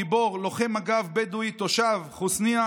גיבור לוחם מג"ב בדואי תושב חוסנייה,